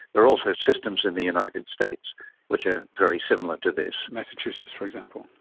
there are also systems in the united states which are very similar to this. massachusetts, for example.